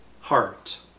heart